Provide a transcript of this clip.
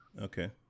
okay